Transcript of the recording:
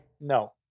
No